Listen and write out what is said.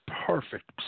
Perfect